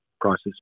prices